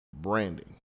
branding